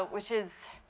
but which is,